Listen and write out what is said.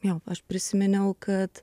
jo aš prisiminiau kad